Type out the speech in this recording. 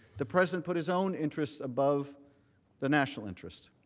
the president put his own interests above the national interest.